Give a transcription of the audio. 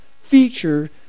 feature